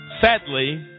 sadly